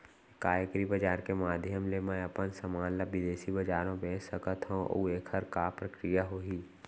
का एग्रीबजार के माधयम ले मैं अपन समान ला बिदेसी बजार मा बेच सकत हव अऊ एखर का प्रक्रिया होही?